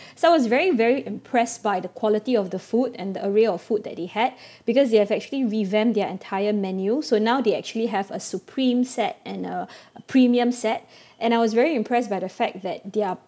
so I was very very impressed by the quality of the food and the array of food that they had because they have actually revamped their entire menu so now they actually have a supreme set and a premium set and I was very impressed by the fact that their